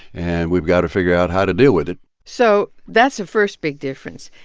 and we've got to figure out how to deal with it so that's the first big difference.